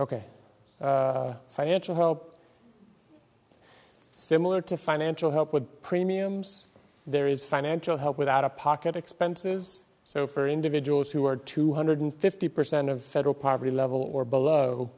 ok financial help similar to financial help with premiums there is financial help with out of pocket expenses so for individuals who are two hundred fifty percent of federal poverty level or below